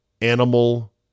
animal